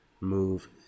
move